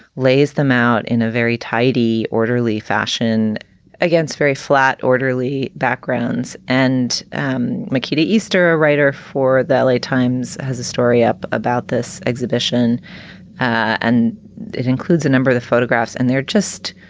lays them out in a very tidy, orderly fashion against very flat, orderly backgrounds and um makita. easter, a writer for the l a. times, has a story up about this exhibition and it includes a number of photographs. and they're just